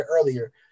earlier